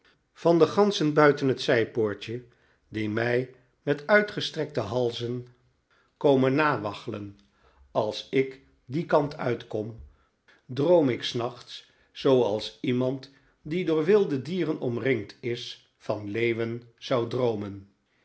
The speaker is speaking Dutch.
van de ganzen buiten het zijpoort je die mij met uitgestrekte halzen komen nawaggelen als ik dien kant uit kom dropm ik s nachts zooals iemand die door wilde dieren omringd is van leeuwen zou droomen